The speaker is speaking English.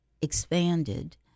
expanded